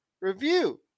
review